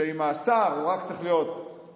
שעם השר הוא רק צריך להיות מתואם,